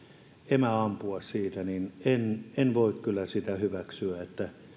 emä ampua siitä en voi kyllä sitä hyväksyä